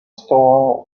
store